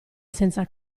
senza